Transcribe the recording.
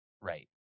Right